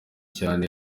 cyane